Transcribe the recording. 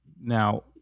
now